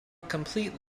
complete